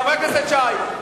חבר הכנסת שי,